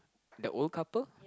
the old couple